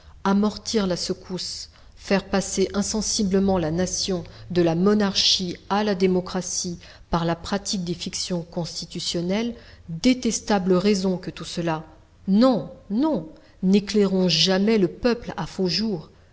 amortir la secousse faire passer insensiblement la nation de la monarchie à la démocratie par la pratique des fictions constitutionnelles détestables raisons que tout cela non non n'éclairons jamais le peuple à faux jour